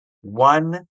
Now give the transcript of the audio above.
one